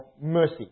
mercy